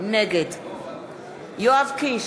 נגד יואב קיש,